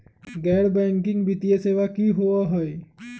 गैर बैकिंग वित्तीय सेवा की होअ हई?